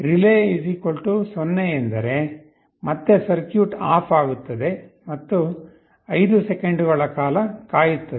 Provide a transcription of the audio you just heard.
relay 0 ಎಂದರೆ ಮತ್ತೆ circuit off ಆಗುತ್ತದೆ ಮತ್ತು 5 ಸೆಕೆಂಡುಗಳ ಕಾಲ ಕಾಯುತ್ತದೆ